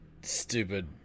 Stupid